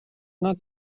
not